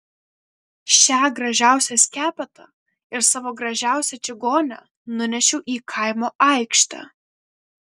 šią gražiausią skepetą ir savo gražiausią čigonę nunešiau į kaimo aikštę